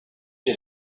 did